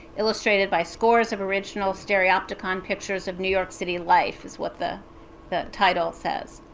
illustrated by scores of original stereopticon pictures of new york city life, is what the the title says.